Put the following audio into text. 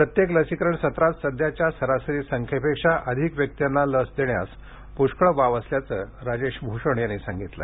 प्रत्येक लसीकरण सत्रात सध्याच्या सरासरी संख्येपेक्षा अधिक व्यक्तींना लस देण्यास पुष्कळ वाव असल्याचं राजेश भूषण यांनी यावेळी सांगितलं